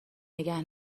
نگه